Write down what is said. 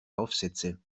aufsätze